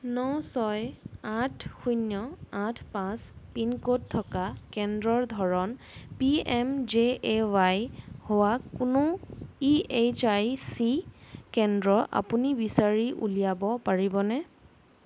ন ছয় আঠ শূন্য আঠ পাঁচ পিনক'ড থকা কেন্দ্ৰৰ ধৰণ P M J A Y হোৱা কোনো ই এছ আই চি কেন্দ্ৰ আপুনি বিচাৰি উলিয়াব পাৰিবনে